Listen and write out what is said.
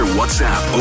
WhatsApp